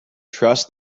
trust